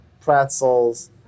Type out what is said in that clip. pretzels